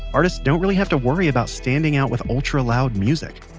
artists don't really have to worry about standing out with ultra-loud music.